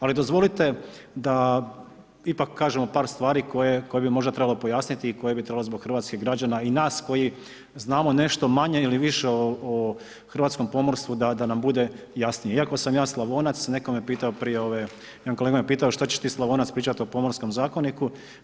Ali dozvolite da ipak kažemo par stvari koje bi možda trebalo pojasniti i koje bi trebalo zbog hrvatskih građana i nas koji znamo nešto manje ili više o hrvatskom pomorstvu da nam bude jasnije, iako sam ja Slavonac, netko me pitao prije, jedan kolega me pitao što ćeš ti Slavonac pričat o pomorskom zakoniku?